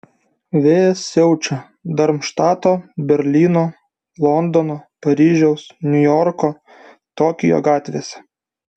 vėjas siaučia darmštato berlyno londono paryžiaus niujorko tokijo gatvėse